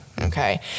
okay